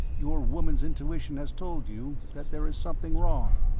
your woman's intuition has told you that there is something wrong.